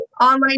Online